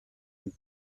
und